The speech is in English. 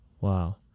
Wow